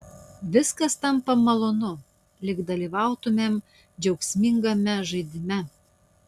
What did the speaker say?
viskas tampa malonu lyg dalyvautumėm džiaugsmingame žaidime